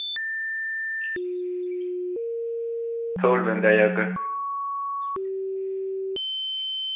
थ्होड़ दिंदा जाएओ इक